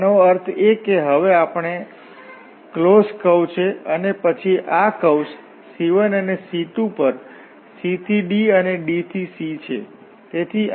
તેનો અર્થ એ કે હવે આપણી પાસે ક્લોસ્ડ કર્વ છે અને પછી આ કર્વ્સ C1 અને C2 પર c થી d અને d થી c છે